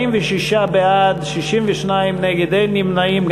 46 בעד, 62 נגד, אין נמנעים.